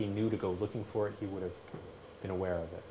he knew to go looking for it he would have been aware of it